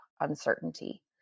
uncertainty